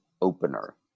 opener